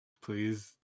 Please